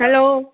hello